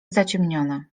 zaciemnione